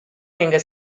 எங்க